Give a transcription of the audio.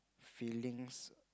feelings